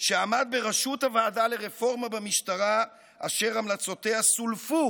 שעמד בראשות הוועדה לרפורמה במשטרה אשר המלצותיה סולפו